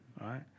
right